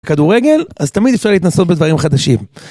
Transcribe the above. כדורגל אז תמיד אפשר להתנסות בדברים חדשים.